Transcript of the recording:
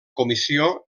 comissió